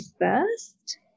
first